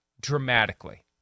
dramatically